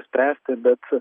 spręsti bet